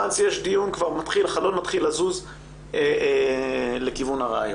ברגע שיש דיון, החלון מתחיל לזוז לכיוון הרעיון.